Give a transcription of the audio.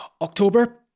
October